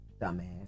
Dumbass